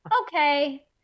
okay